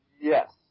yes